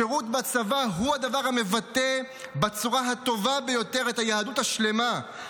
שירות בצבא הוא הדבר המבטא בצורה הטובה ביותר את היהדות השלמה,